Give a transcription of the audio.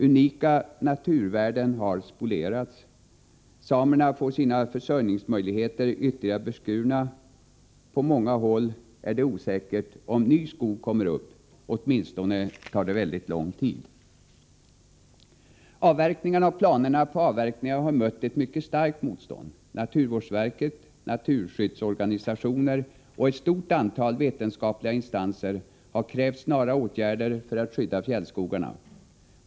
Unika naturvärden har spolierats. Samerna får sina försörjningsmöjligheter ytterli gare beskurna. På många håll är det osäkert om ny skog kommer upp — åtminstone tar det mycket lång tid. Avverkningarna och planerna på avverkningar har mött ett mycket starkt motstånd. Naturvårdsverket, naturskyddsorganisationer och ett stort antal vetenskapliga instanser har krävt snara åtgärder för att skydda fjällskogarna.